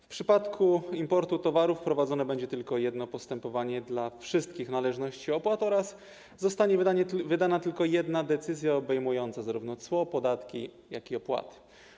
W przypadku importu towarów prowadzone będzie tylko jedno postępowanie dla wszystkich należności i opłat oraz zostanie wydana tylko jedna decyzja obejmująca zarówno cło, podatki, jak i opłaty.